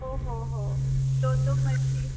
ઓ હો હો તો તો પછી